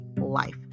life